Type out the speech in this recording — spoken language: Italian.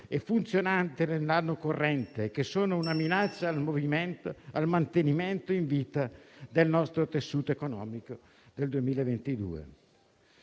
e funzionanti nell'anno corrente e che sono una minaccia al mantenimento in vita del nostro tessuto economico nel 2022.